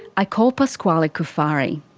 i call pasquale cufari.